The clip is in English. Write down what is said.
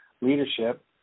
leadership